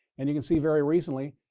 and you can see very recently,